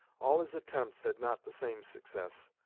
all his attempts had not the same success,